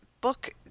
book